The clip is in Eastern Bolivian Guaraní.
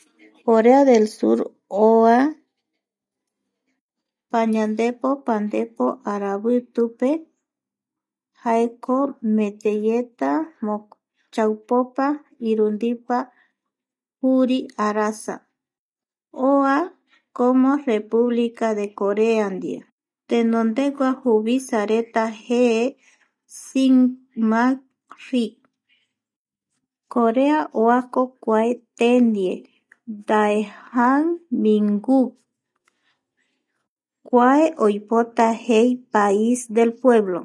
Corea del sur oa pañandepo pandepo aravitu pe, jaeko metei eta cheupopa irundipa juri arasa, oa como república de corea ndie tenondegua juvisa reta jeee sing maxri corea oako kua te ndie Daehanminguk kua oipota jei pais del pueblo